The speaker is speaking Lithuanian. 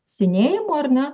senėjimo ar ne